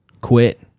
quit